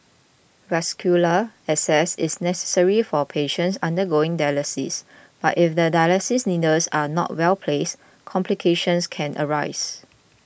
vascular access is necessary for patients undergoing dialysis but if the dialysis needles are not well placed complications can arise